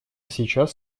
сейчас